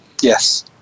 Yes